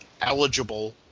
eligible